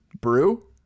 Brew